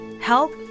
help